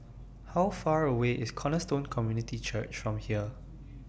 How Far away IS Cornerstone Community Church from here